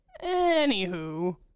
Anywho